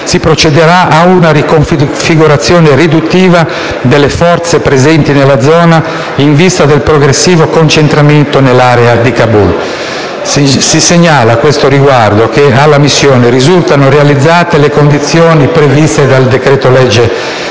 si procederà ad una riconfigurazione riduttiva delle forze presenti nella zona, in vista del progressivo concentramento nell'area di Kabul. Si segnala che, riguardo alla missione, risultano realizzate le condizioni previste dal decreto-legge